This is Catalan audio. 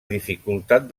dificultat